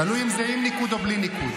תלוי אם זה בניקוד או בלי ניקוד.